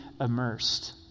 immersed